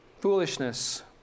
foolishness